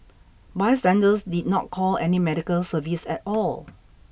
bystanders did not call any medical service at all